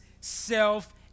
self